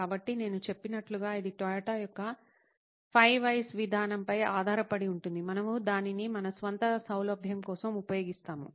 కాబట్టి నేను చెప్పినట్లుగా ఇది టయోటా యొక్క 5 వైస్ విధానంపై ఆధారపడి ఉందని మనము దానిని మన స్వంత సౌలభ్యం కోసం ఉపయోగిస్తాము